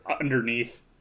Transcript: underneath